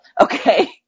Okay